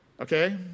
Okay